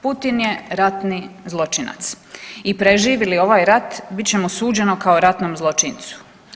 Putin je ratni zločinac i preživi li ovaj rat bit će mu suđeno kao ratnom zločincu.